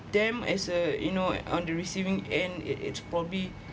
them as uh you know on the receiving end it it's probably